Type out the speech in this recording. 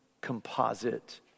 composite